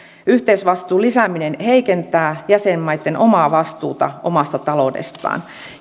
yhteisvastuun lisääminen heikentää jäsenmaitten omaa vastuuta omasta taloudestaan